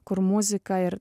kur muzika ir